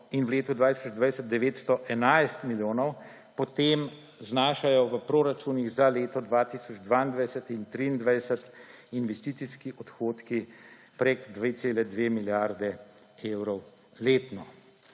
in v letu 2020 911 milijonov, potem znašajo v proračunih za leto 2022 in 2023 investicijskih odhodki preko 2,2 milijarde evrov letno.